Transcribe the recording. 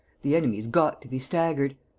the enemy's got to be staggered!